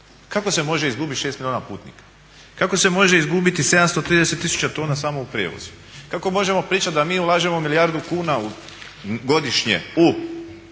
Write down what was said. Kako se može izgubiti 6 milijuna putnika? Kako se može izgubiti 730 tisuća tona samo u prijevozu? Kako možemo pričati da mi ulažemo milijardu kuna godišnje u